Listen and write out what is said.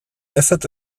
ezetz